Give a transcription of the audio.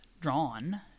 drawn